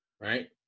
right